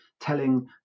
telling